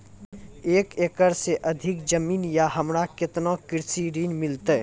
एक एकरऽ से अधिक जमीन या हमरा केतना कृषि ऋण मिलते?